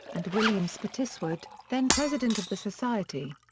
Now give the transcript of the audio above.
and william spottiswoode, then president of the society.